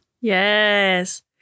Yes